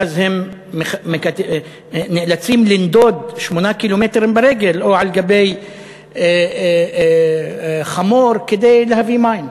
ואז הם נאלצים לנדוד 8 קילומטרים ברגל או על גבי חמור כדי להביא מים.